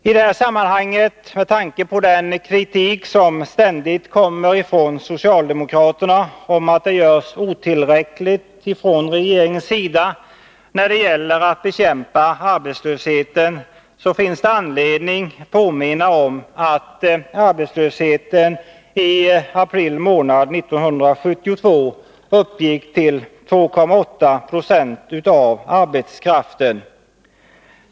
I det här sammanhanget — med tanke på den kritik som ständigt kommer från socialdemokraterna om att det görs otillräckligt från regeringéns sida när det gäller att bekämpa arbetslösheten — finns det anledning att påminna om att arbetslösheten i april månad 1972 uppgick till 2,8 70 av arbetskraften.